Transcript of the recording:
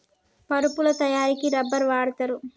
పరుపుల తయారికి రబ్బర్ వాడుతారు